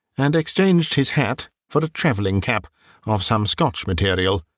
and exchanged his hat for a travelling-cap of some scotch material.